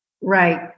Right